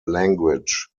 language